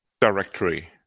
directory